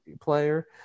player